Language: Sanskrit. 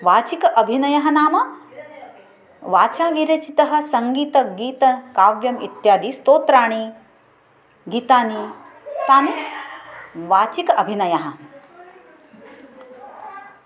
वाचिक अभिनयः नाम वाचा विरचितः सङ्गीतगीतकाव्यम् इत्यादिस्तोत्राणि गीतानि तानि वाचिक अभिनयः